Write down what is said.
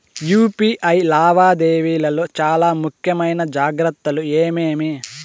UPI లావాదేవీల లో చానా ముఖ్యమైన జాగ్రత్తలు ఏమేమి?